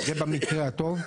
זה במקרה הטוב.